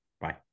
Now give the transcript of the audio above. bye